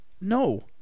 No